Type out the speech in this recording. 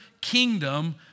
kingdom